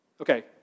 Okay